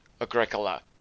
Agricola